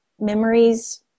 memories